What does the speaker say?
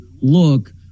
look